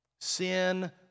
Sin